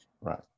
right